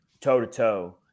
toe-to-toe